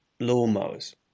lawnmowers